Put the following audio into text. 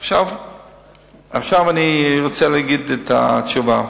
עכשיו אני רוצה להגיד את התשובה.